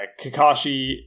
Kakashi